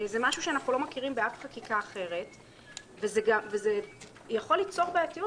זה משהו שאנחנו לא מכירים באף חקיקה אחרת וזה יכול ליצור בעייתיות